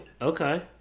Okay